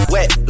Wet